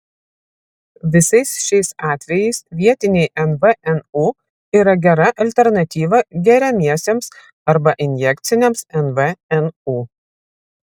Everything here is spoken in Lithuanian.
visais šiais atvejais vietiniai nvnu yra gera alternatyva geriamiesiems arba injekciniams nvnu